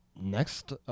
Next